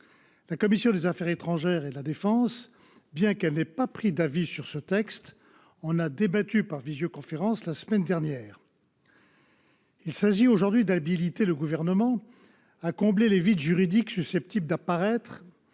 La commission des affaires étrangères, de la défense et des forces armées, bien qu'elle ne soit pas saisie pour avis, en a débattu par visioconférence la semaine dernière. Il s'agit aujourd'hui d'habiliter le Gouvernement à combler les vides juridiques susceptibles d'apparaître